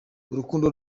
urukundo